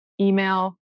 email